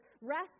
rest